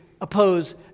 oppose